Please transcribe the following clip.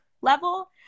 level